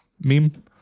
meme